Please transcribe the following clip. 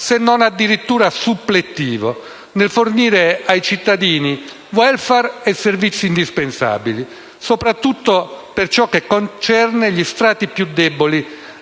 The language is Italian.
se non addirittura suppletivo, nel fornire ai cittadini *welfare* e servizi indispensabili, soprattutto per ciò che concerne gli strati più deboli